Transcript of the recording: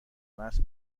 مست